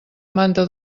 manta